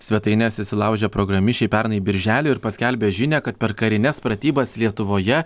svetaines įsilaužę programišiai pernai birželį ir paskelbė žinią kad per karines pratybas lietuvoje